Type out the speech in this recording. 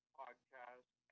podcast